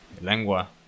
lengua